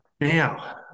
Now